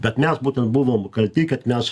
bet mes būtent buvom kalti kad mes